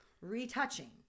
retouching